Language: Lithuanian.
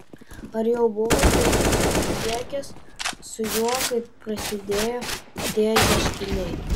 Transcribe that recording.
ar jau buvote susisiekęs su juo kai prasidėjo tie ieškiniai